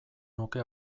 nuke